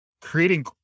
creating